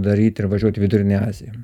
daryt ir važiuot į vidurinę aziją